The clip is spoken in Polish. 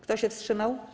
Kto się wstrzymał?